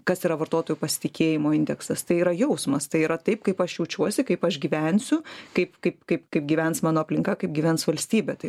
kas yra vartotojų pasitikėjimo indeksas tai yra jausmas tai yra taip kaip aš jaučiuosi kaip aš gyvensiu kaip kaip kaip kaip gyvens mano aplinka kaip gyvens valstybė tai